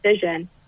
decision